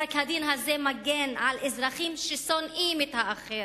פסק-הדין הזה מגן על אזרחים ששונאים את האחר.